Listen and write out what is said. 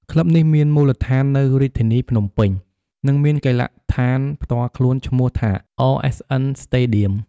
ក្លឹបនេះមានមូលដ្ឋាននៅរាជធានីភ្នំពេញ និងមានកីឡដ្ឋានផ្ទាល់ខ្លួនឈ្មោះថា RSN Stadium។